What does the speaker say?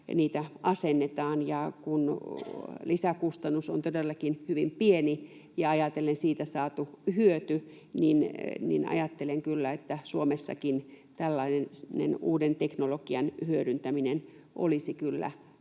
niitä asennetaan. Kun lisäkustannus on todellakin hyvin pieni ajatellen siitä saatua hyötyä, niin ajattelen kyllä, että Suomessakin tällainen uuden teknologian hyödyntäminen olisi